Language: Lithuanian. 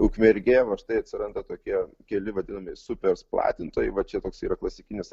ukmergė va štai atsiranda tokie keli vadinami super platintojai va čia toks yra klasikinis